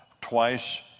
twice